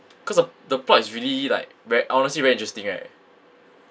cause the the plot is really like very honestly very interesting right